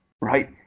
right